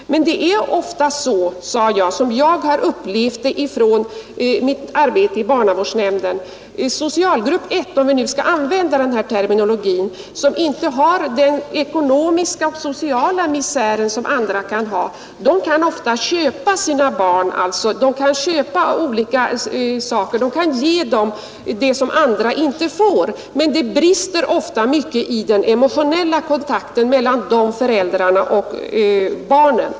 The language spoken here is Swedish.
Men det är ofta så, sade jag, som jag har upplevt det i mitt arbete i barnavårdsnämnden. Människor i socialgrupp 1 — om vi nu skall använda denna terminologi — som inte lever i den ekonomiska och sociala misär som andra kanske gör kan ofta köpa många saker åt sina barn och ge dem sådant som andra barn inte får. Men det brister ofta mycket i den emotionella kontakten mellan de föräldrarna och barnen.